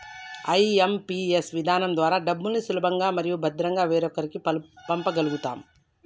IMPS విధానం ద్వారా డబ్బుల్ని సులభంగా మరియు భద్రంగా వేరొకరికి పంప గల్గుతం